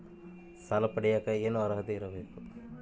ಸಾಲ ಪಡಿಯಕ ಏನು ಅರ್ಹತೆ ಇರಬೇಕು?